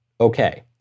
okay